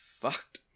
fucked